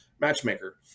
Matchmaker